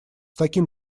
таким